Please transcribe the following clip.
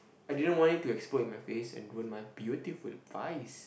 I didn't want it to explode in my face and ruin my beautiful face